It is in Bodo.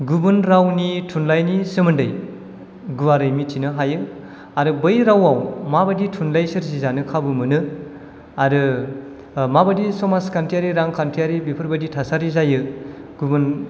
गुबुन रावनि थुनलाइनि सोमोन्दै गुवारै मिथिनो हायो आरो बै रावाव माबादि थुनलाइ सोरजिजानो खाबु मोनो आरो माबादि समाजखान्थियारि रांखान्थियारि बेफोरबायदि थासारि जायो गुबुन